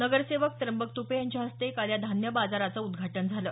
नगरसेवक त्रिंबक त्पे यांच्या हस्ते काल या धान्य बाजाराचं उद्घाटन झालं